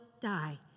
die